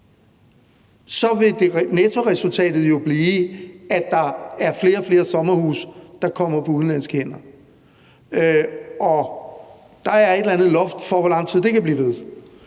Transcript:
vil nettoresultatet jo blive, at der er flere og flere sommerhuse, der kommer på udenlandske hænder. Og der er et eller andet loft for, hvor lang tid det kan blive ved.